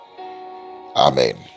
Amen